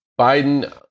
Biden